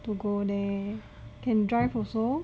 to go there can drive also